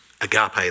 Agape